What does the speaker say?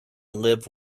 live